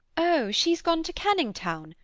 oh, she's gone to canning town,